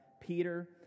Peter